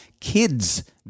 Kids